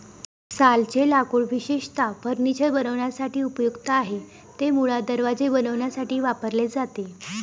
सालचे लाकूड विशेषतः फर्निचर बनवण्यासाठी उपयुक्त आहे, ते मुळात दरवाजे बनवण्यासाठी वापरले जाते